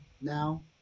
now